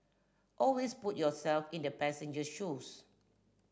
always put yourself in the passenger shoes